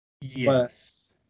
yes